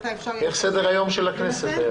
יש את סדר היום של הכנסת.